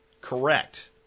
correct